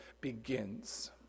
begins